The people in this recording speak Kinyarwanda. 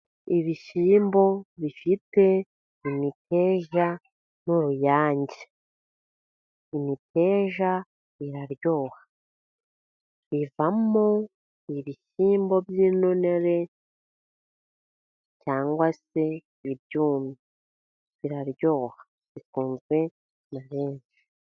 Ibishyimbo bifite imiteja n'uruyange. Imiteja iraryoha. Ivamo ibishyimbo by'intonore cyangwa se ibyumye. Biraryoha bikunzwe na benshi.